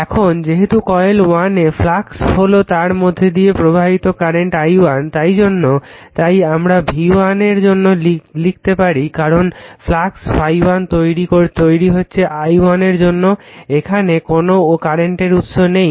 এখন যেহেতু কয়েল 1 এ ফ্লাক্স হলো তার মধ্যে দিয়ে প্রবাহিত কারেন্ট i1 এর জন্য তাই আমরা v1 এর জন্য লিখতে পারি কারণ ফ্লাক্স ∅1 তৈরি হচ্ছে i1 এর জন্য এখানে কোনো কারেন্টের উৎস নেই